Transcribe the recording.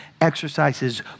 exercises